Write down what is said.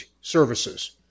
services